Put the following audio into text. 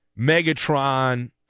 Megatron